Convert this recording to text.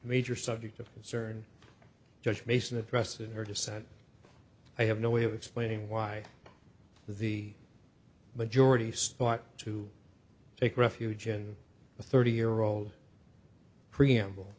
major subject of concern judge mason addressed in her dissent i have no way of explaining why the majority start to take refuge in a thirty year old preamble